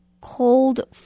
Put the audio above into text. cold